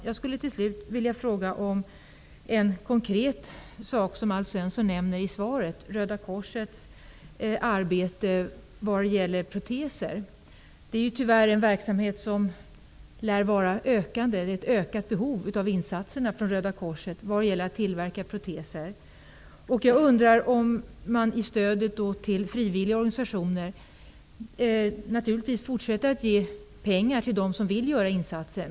Jag vill slutligen ställa en fråga om en konkret sak som Alf Svensson nämnde i svaret, nämligen Röda korsets arbete vad gäller proteser. Detta är tyvärr en verksamhet som lär vara ökande. Det finns ett ökat behov av insatser från Röda korset vad gäller tillverkning av proteser. Jag har en undran beträffande stödet till frivilliga organisationer. Naturligtvis skall man fortsätta att ge pengar till dem som vill göra insatser.